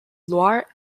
loire